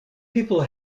people